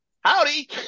Howdy